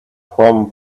from